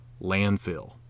landfill